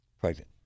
pregnant